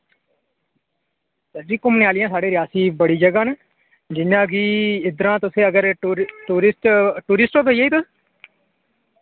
sir ji घुम्मने आह्लियां साढ़े रियासी बड़ी जगह न जि'यां कि इद्दरा तुसें अगर टूरी टूरिस टूरिस्ट ओ भैया जी तुस टूरिस्ट ओ